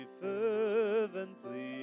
fervently